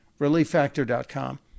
relieffactor.com